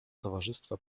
towarzystwa